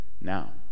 now